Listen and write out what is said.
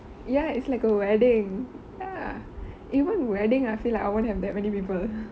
ya it's like a wedding ya even wedding I feel like I won't have that many people